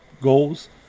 goals